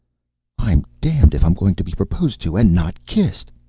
i'm damned if i'm going to be proposed to and not kissed,